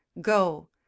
Go